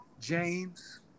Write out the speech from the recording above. James